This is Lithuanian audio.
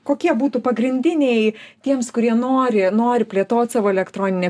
kokie būtų pagrindiniai tiems kurie nori nori plėtot savo elektroninę